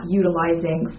utilizing